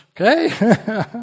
okay